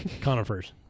Conifers